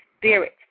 spirit